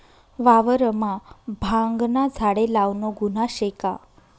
वावरमा भांगना झाडे लावनं गुन्हा शे का?